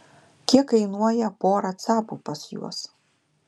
kiek kainuoja pora capų pas juos